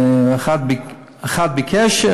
אחד ביקש,